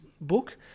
book